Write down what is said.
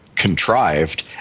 contrived